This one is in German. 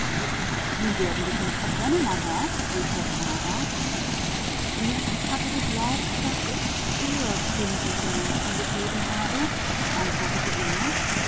sie werden dich nicht erkennen gebieter rief der kanzler ich hatte geglaubt es habe männer gegeben die königlich waren antwortete er